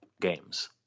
games